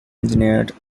engineered